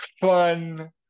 fun